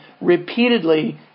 repeatedly